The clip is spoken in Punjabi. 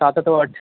ਸੱਤ ਤੋਂ ਅੱਠ